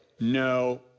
No